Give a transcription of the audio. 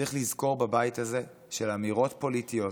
צריך לזכור בבית הזה שלאמירות פוליטיות,